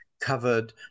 covered